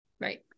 Right